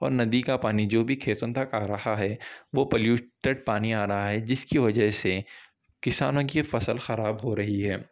اور ندی کا پانی جو بھی کھیتوں تک آ رہا ہے وہ پلیوٹڈ پانی آ رہا ہے جس کی وجہ سے کسانوں کی فصل خراب ہو رہی ہے